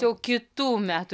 jau kitų metų